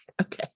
Okay